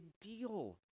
deal